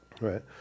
Right